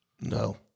No